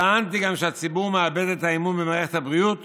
גם טענתי שהציבור מאבד את האמון במערכת הבריאות